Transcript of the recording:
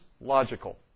logical